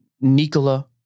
Nikola